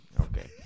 okay